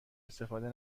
استفاده